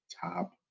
top